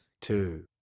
two